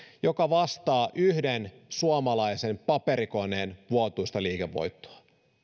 joka vastaa yhden suomalaisen paperikoneen vuotuista liikevoittoa